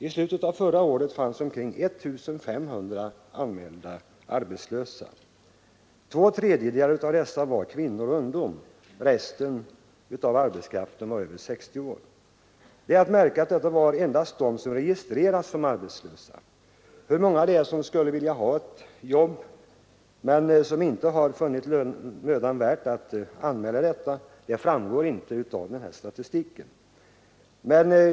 I slutet av förra året fanns omkring 1 500 anmälda arbetslösa. Två tredjedelar av dessa var kvinnor och ungdom, resten var arbetskraft över 60 år. Det är att märka att detta var endast de som registrerats som arbetslösa. Hur många det är som skulle vilja ha ett jobb men inte har funnit mödan värt att anmäla detta framgår inte av statistiken.